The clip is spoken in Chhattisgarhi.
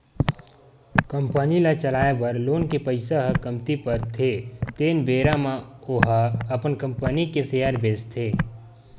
कंपनी ल चलाए बर लोन के पइसा ह कमती परथे तेन बेरा म ओहा अपन कंपनी के सेयर बेंचथे